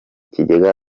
kigega